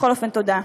בכל אופן, תודה.